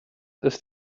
ist